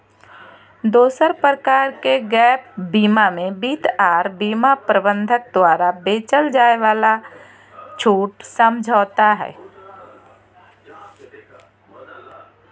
दोसर प्रकार के गैप बीमा मे वित्त आर बीमा प्रबंधक द्वारा बेचल जाय वाला छूट समझौता हय